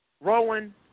Rowan